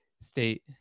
state